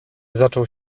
zaczął